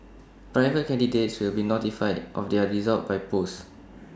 private candidates will be notified of their results by post